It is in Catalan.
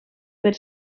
per